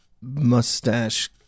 mustache